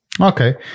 okay